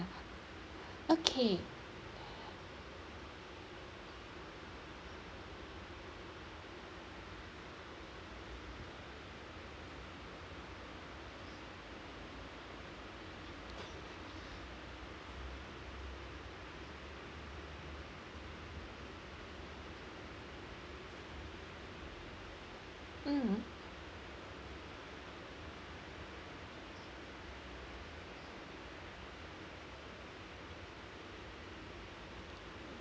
okay mm